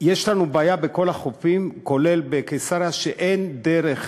יש לנו בעיה בכל החופים, כולל בקיסריה, שאין דרך